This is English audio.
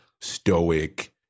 stoic